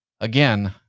Again